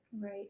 Right